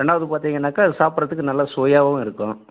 ரெண்டாவது பார்த்திங்கனாக்கா சாப்பிட்றதுக்கு நல்லா சுவையாகவும் இருக்கும்